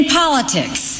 politics